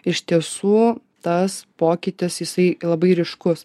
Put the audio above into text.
iš tiesų tas pokytis jisai labai ryškus